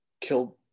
killed